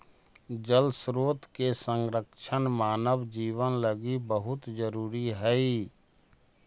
जल स्रोत के संरक्षण मानव जीवन लगी बहुत जरूरी हई